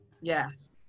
Yes